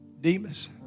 Demas